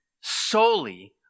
solely